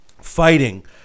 Fighting